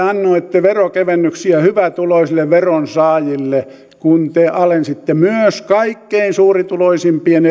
annoitte veronkevennyksiä hyvätuloisille veronmaksajille kun te alensitte myös kaikkein suurituloisimpien